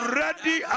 ready